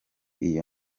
iyo